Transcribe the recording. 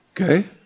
Okay